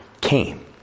came